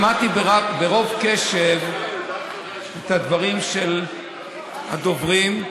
שמעתי ברוב קשב את הדברים של הדוברים.